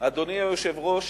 אדוני היושב-ראש,